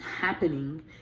happening